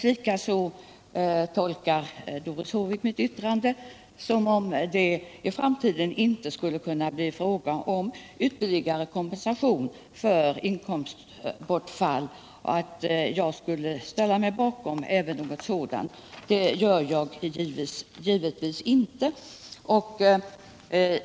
Likaså tolkade Doris Håvik mitt yttrande som om det i framtiden inte skulle kunna bli fråga om ytterligare kompensation för inkomstbortfall och att jag skulle ställa mig bakom även en sådan uppfattning. Det gör jag givetvis inte.